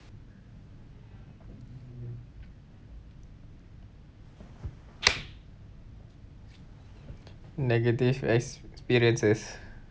negative experiences